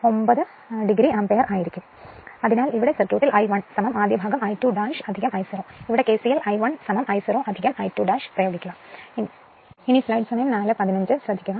അതിനാൽ ഇവിടെ സർക്യൂട്ടിൽ I1 ആദ്യ ഭാഗം I2 I 0 ഇവിടെ KCL I1 I 0 I2 പ്രയോഗിക്കുക